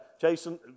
Jason